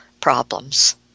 problems